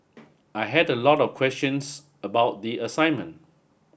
I had a lot of questions about the assignment